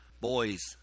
Boys